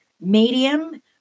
Medium